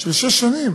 של שש שנים.